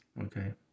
Okay